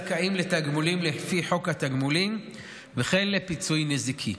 זכאים לתגמולים לפי חוק התגמולים וכן לפיצוי נזיקי.